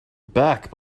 back